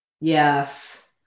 Yes